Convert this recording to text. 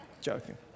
Joking